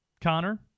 Connor